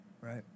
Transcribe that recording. Right